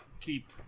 keep